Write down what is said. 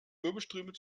wirbelströme